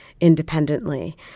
independently